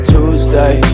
Tuesday